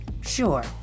Sure